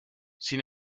sin